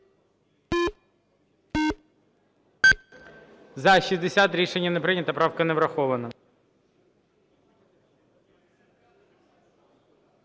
За-60 Рішення не прийнято. Правка не врахована.